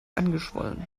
angeschwollen